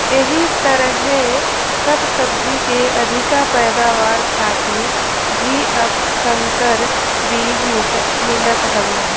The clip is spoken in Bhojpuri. एही तरहे सब सब्जी के अधिका पैदावार खातिर भी अब संकर बीज मिलत हवे